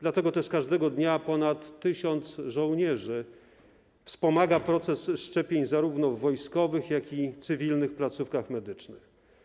Dlatego też każdego dnia ponad 1 tys. żołnierzy wspomaga proces szczepień zarówno w wojskowych, jak i cywilnych placówkach medycznych.